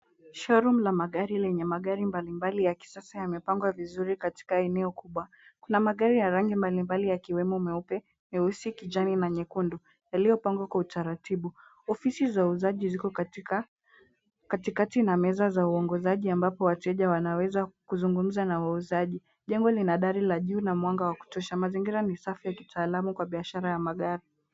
Showroom la magari lenye magari mbalimbali ya kisasa yamepangwa vizuri katika eneo kubwa. Kuna magari ya rangi mbalimbali yakiwemo meupe, meusi, kijani na nyekundu, yaliyopangwa kwa utaratibu. Ofisi za uuzaji zipo katikati na meza za uongozaji ambapo wateja wanaweza zungumza na wauzaji. Jengo lina dari ya juu na mwanga wa kutosha. Mazingira ni safi na ya kitaalamu kwa biashara ya magari.